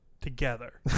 together